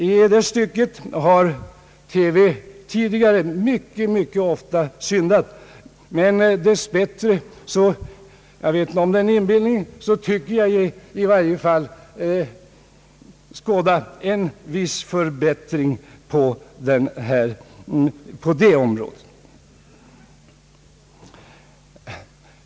I det stycket har TV tidigare mycket ofta syndat, men dess bättre tycker jag mig skåda — jag vet inte om det är inbillning — en viss förbättring på det området.